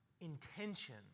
intention